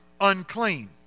unclean